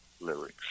lyrics